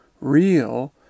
real